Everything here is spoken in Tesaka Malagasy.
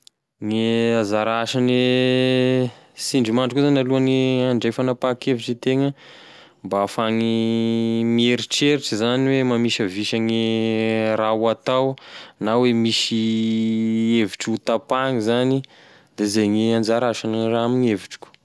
Gne anzara asane sindrimandry koa zany alohane andray fanapahankevitry itegna mba ahafahany mieritreritry zany hoe mamisavisa gne raha ho atao na hoe misy hevitry hotapahany zany, da zay gne anjara asany raha gn'amign'evitriko.